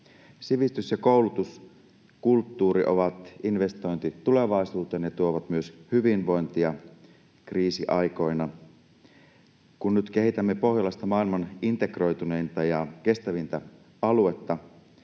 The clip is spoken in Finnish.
Sivistys ja koulutus, kulttuuri ovat investointi tulevaisuuteen ja tuovat myös hyvinvointia kriisiaikoina. Kun nyt kehitämme Pohjolasta maailman integroituneinta ja kestävintä aluetta,